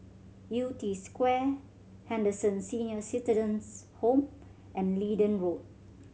Yew Tee Square Henderson Senior Citizens' Home and Leedon Road